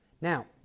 Now